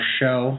show